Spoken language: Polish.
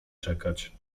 czekać